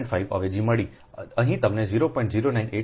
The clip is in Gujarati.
5 અવેજી મળી અહીં તમને 0